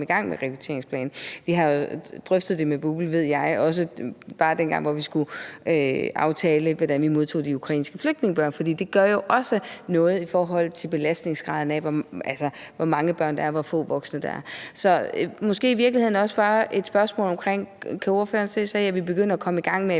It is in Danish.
i gang med en rekrutteringsplan. Vi har jo drøftet det med BUPL, ved jeg, også bare den gang, hvor vi skulle aftale, hvordan vi ville modtage de ukrainske flygtningebørn. For det gør jo også noget i forhold til belastningsgraden, hvor mange børn der er, og hvor få voksne der er her. Så det er måske i virkeligheden også bare et spørgsmål om, om ordføreren kan se sig i, at vi begynder at komme i gang med i